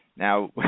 Now